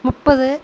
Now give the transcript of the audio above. முப்பது